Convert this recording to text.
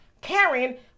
karen